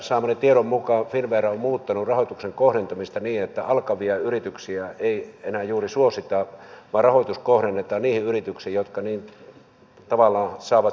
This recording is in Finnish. saamani tiedon mukaan finnvera on muuttanut rahoituksen kohdentamista niin että alkavia yrityksiä ei enää juuri suosita vaan rahoitus kohdennetaan niihin yrityksiin jotka tavallaan saavat sitä sekundaarirahoitusta